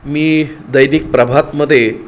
मी दैनिक प्रभातमध्ये